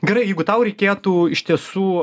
gerai jeigu tau reikėtų iš tiesų